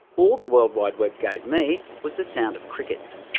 all the world wide web gave me was the sound of crickets.